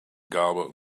garbled